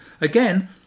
Again